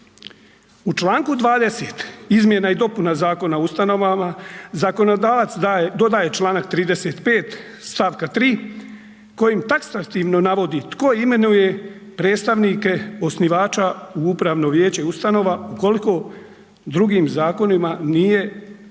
U članku 20. Izmjena i dopuna Zakona o ustanovama zakonodavac dodaje članak 35. stavka 3. kojim taksativno navodi tko imenuje predstavnike osnivača u upravno vijeće ustanova ukoliko drugim zakonima nije drugačije